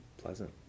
pleasant